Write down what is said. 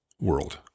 world